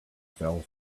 fell